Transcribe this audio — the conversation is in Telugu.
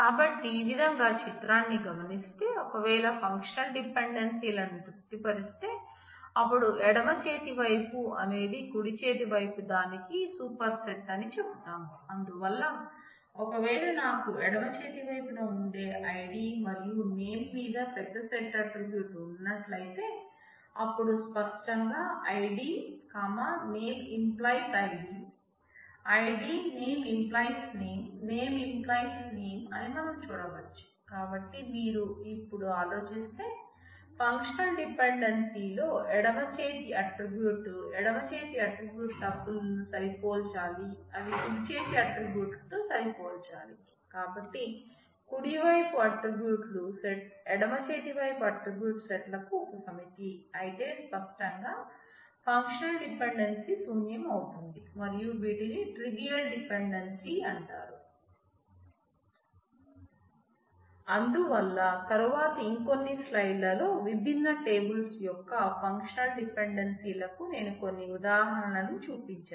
కాబట్టి ఈ విధంగా చిత్రాన్ని గమనిస్తే ఒకవేళ ఫంక్షనల్ డిపెండెన్సీల అంటారు అందువల్ల తరువాత ఇంకొన్ని స్లైడ్ ల్లో విభిన్న టేబుల్స్ యొక్క ఫంక్షనల్ డిపెండెన్సీలకు నేను కొన్ని ఉదాహరణలను చూపించాను